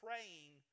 Praying